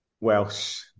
Welsh